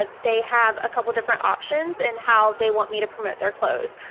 ah they have a couple different options in how they want me to promote their clothes.